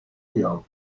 tiegħu